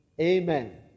Amen